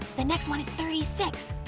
the next one is thirty six!